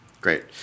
Great